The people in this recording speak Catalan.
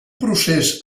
procés